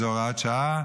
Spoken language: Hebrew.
זו הוראת שעה,